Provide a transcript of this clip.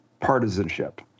partisanship